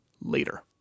later